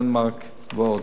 דנמרק ועוד.